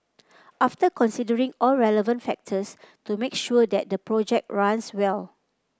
after considering all relevant factors to make sure that the project runs well